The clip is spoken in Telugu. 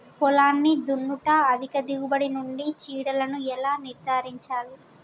పొలాన్ని దున్నుట అధిక దిగుబడి నుండి చీడలను ఎలా నిర్ధారించాలి?